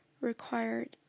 required